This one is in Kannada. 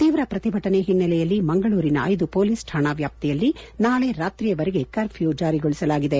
ತೀವ್ರ ಪ್ರತಿಭಟನೆ ಹಿನ್ನಲೆಯಲ್ಲಿ ಮಂಗಳೂರಿನ ಐದು ಮೊಲೀಸ್ ಕಾಣಾ ವ್ಯಾಪ್ತಿಯಲ್ಲಿ ನಾಳೆ ರಾತ್ರಿಯವರೆಗೆ ಕರ್ಫ್ಯೂ ಜಾರಿಗೊಳಿಸಲಾಗಿದೆ